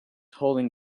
holding